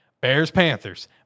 Bears-Panthers